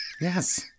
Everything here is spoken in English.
Yes